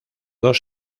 dos